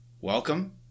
welcome